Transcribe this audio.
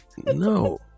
no